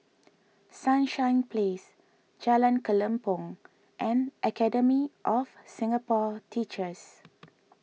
Sunshine Place Jalan Kelempong and Academy of Singapore Teachers